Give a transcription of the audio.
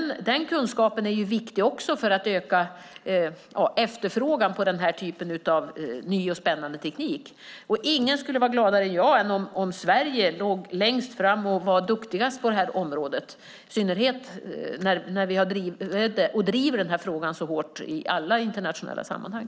Den kunskapen är viktig också för att öka efterfrågan på den här typen av ny och spännande teknik. Ingen skulle vara gladare än jag om Sverige låg längst fram och var duktigast på det här området, i synnerhet som vi har drivit och driver frågan så hårt i alla internationella sammanhang.